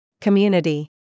Community